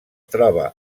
troba